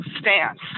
stance